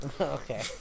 okay